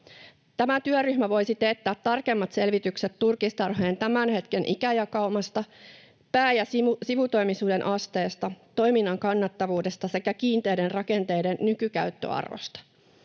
Tämä työryhmä voisi teettää tarkemmat selvitykset turkistarhojen tämän hetken ikäjakaumasta, pää- ja sivutoimisuuden asteesta, toiminnan kannattavuudesta sekä kiinteiden rakenteiden nykykäyttöarvosta.